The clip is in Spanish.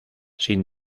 sin